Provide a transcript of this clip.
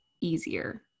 easier